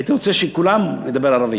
הייתי רוצה שכולנו נדבר ערבית.